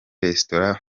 resitora